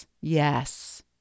Yes